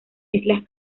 islas